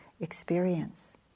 experience